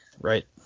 Right